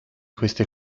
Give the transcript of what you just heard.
queste